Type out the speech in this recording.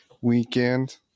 weekend